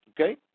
okay